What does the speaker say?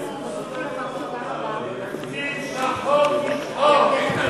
תקציב שחור משחור.